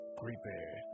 creepy